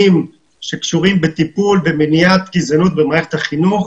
שקשורים בטיפול במניעת גזענית במערכת החינוך